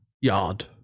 yard